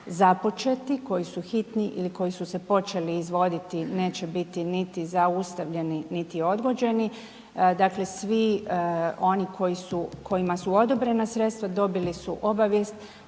koji su hitni ili koji su se počeli izvoditi neće biti niti zaustavljeni, niti odgođeni, dakle svi onima kojima su odobrena sredstva dobili su obavijest